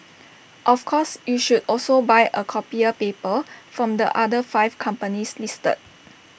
of course you should also buy A copier paper from the other five companies listed